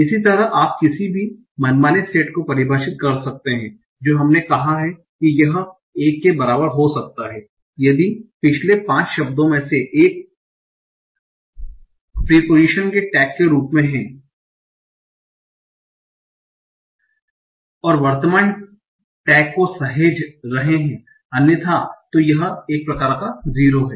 इसी तरह आप किसी भी मनमाने सेट को परिभाषित कर सकते हैं जो हमने कहा है यह 1 के बराबर हो सकता है यदि पिछले 5 शब्दों में से एक प्रीपोज़िशन के टैग के रूप में है और वर्तमान टैग को सहेज रहे है अन्यथा तो यह एक प्रकार का 0 है